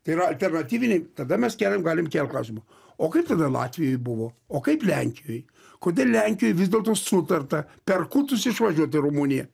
tai yra alternatyviniai tada mes keliam galim kelt klausimą o kaip tada latvijoj buvo o kaip lenkijoj kodėl lenkijoje vis dėlto sutarta per kutus išvažiuot į rumuniją